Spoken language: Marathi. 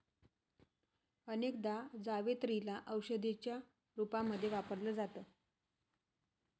अनेकदा जावेत्री ला औषधीच्या रूपामध्ये वापरल जात